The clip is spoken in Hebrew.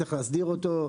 צריך להסדיר אותו.